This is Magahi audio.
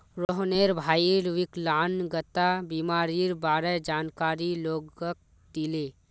रोहनेर भईर विकलांगता बीमारीर बारे जानकारी लोगक दीले